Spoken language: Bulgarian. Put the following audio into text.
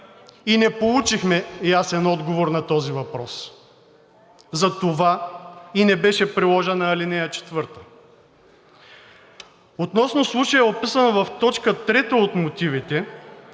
и не получихме ясен отговор на този въпрос. Затова и не беше приложена ал. 4. Относно случая, описан в точка трета от мотивите,